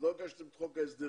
עוד לא הגשתם את חוק ההסדרים.